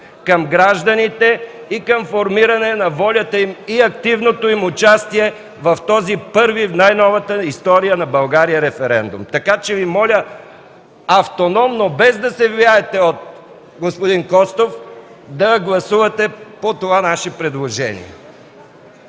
към гражданите и към формиране на волята им и активното им участие в този първи в най-новата история на България референдум. Така че Ви моля, автономно, без да се влияете от господин Костов, да гласувате по това наше предложение.